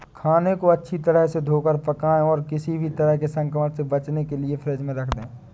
खाने को अच्छी तरह से धोकर पकाएं और किसी भी तरह के संक्रमण से बचने के लिए फ्रिज में रख दें